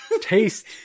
taste